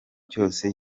cyose